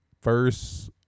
first